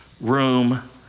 room